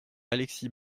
alexis